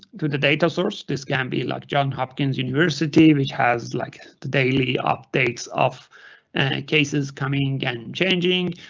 to the data source. this can be like john hopkins university, which has like the daily updates of and cases coming and changing.